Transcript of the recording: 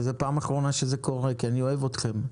וזו פעם אחרונה שזה קורה כי אני אוהב אתכם.